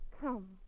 Come